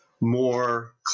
more